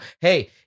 hey